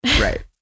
right